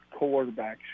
quarterbacks